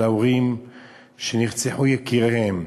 של ההורים שנרצחו יקיריהם,